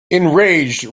enraged